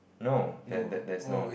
no that that there's no